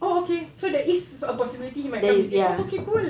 oh okay so there is a possibility he might come is it oh okay cool